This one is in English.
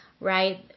right